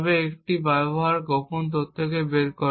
তবে একটি ব্যবহার করে গোপন তথ্য বের করে